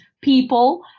people